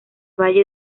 valle